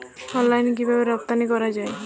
অনলাইনে কিভাবে রপ্তানি করা যায়?